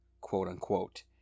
quote-unquote